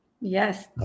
yes